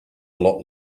lot